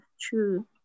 True